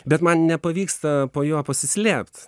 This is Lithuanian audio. bet man nepavyksta po juo pasislėpt